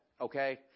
okay